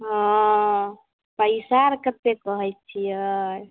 हँ पैसा आर कतेक कहै छियै